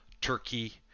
Turkey